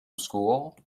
school